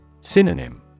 Synonym